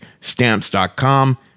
stamps.com